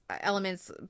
elements